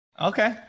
Okay